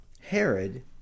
Herod